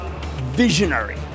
Visionary